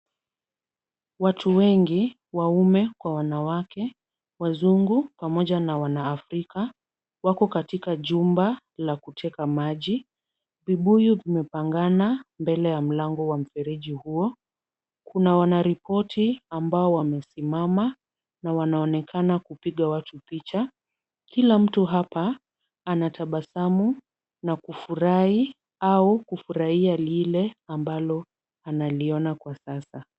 Watu wengi waume kwa wanawake, wazungu pamoja na waafrika, wako katika jumba la kuteka maji, vibuyu vimepangana mbele ya mlango wa mfereji huo. Kuna wanaripoti ambao wamesimama na wanaonekana kupiga watu picha. Kila mtu hapa anatabasamu na kufurahi au kufurahia lile ambalo analiona kwa sasa.